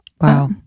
Wow